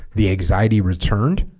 the anxiety returned